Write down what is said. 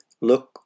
look